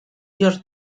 york